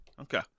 Okay